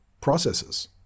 processes